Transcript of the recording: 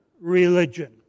religion